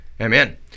Amen